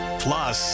plus